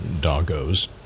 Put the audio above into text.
doggos